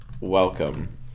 welcome